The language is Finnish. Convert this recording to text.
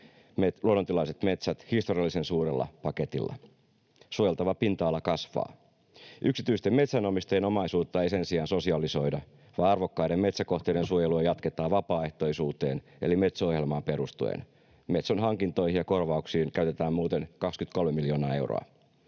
luonnontilaiset metsät historiallisen suurella paketilla. Suojeltava pinta-ala kasvaa. Yksityisten metsänomistajien omaisuutta ei sen sijaan sosialisoida, vaan arvokkaiden metsäkohteiden suojelua jatketaan vapaaehtoisuuteen eli Metso-ohjelmaan perustuen. Metson hankintoihin ja korvauksiin käytetään muuten 23 miljoonaa euroa.